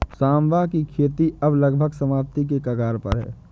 सांवा की खेती अब लगभग समाप्ति के कगार पर है